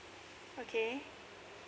okay